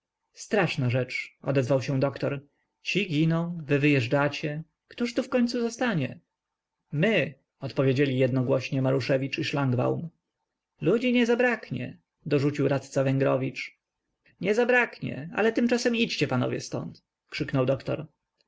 straszna rzecz odezwał się doktor ci giną wy wyjeżdżacie któż tu wkońcu zostanie my odpowiedzieli jednogłośnie maruszewicz i szlangbaum ludzi nie zabraknie dorzucił radca węgrowicz nie zabraknie ale tymczasem idźcie panowie ztąd krzyknął doktor